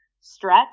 stretch